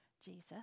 Jesus